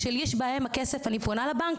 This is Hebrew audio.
כשיש לי בעיה עם כסף אני פונה אל הבנק,